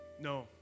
No